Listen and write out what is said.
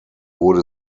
wurde